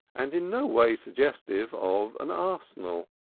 and in no way suggestive of an arsenal.